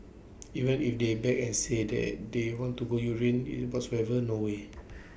even if they beg and say that they want to go urine and whatsoever no way